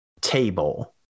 table